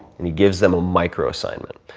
and he gives them a micro assignment.